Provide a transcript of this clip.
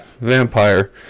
Vampire